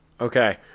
Okay